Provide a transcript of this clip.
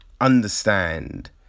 understand